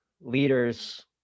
leaders